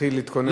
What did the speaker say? תתחיל להתכונן.